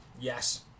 Yes